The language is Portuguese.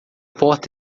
porta